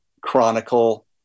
chronicle